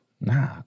Nah